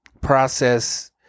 process